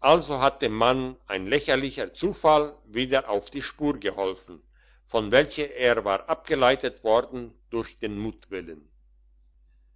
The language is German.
also hat dem mann ein lächerlicher zufall wieder auf die spur geholfen von welcher er war abgeleitet worden durch den